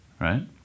right